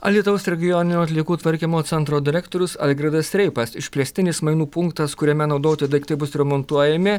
alytaus regioninio atliekų tvarkymo centro direktorius algirdas reipas išplėstinis mainų punktas kuriame naudoti daiktai bus remontuojami